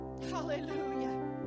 Hallelujah